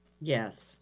Yes